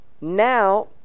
Now